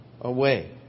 away